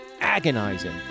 agonizing